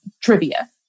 trivia